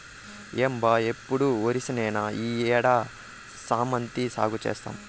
ఏం బా ఎప్పుడు ఒరిచేనేనా ఈ ఏడు శామంతి సాగు చేద్దాము